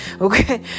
okay